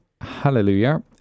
hallelujah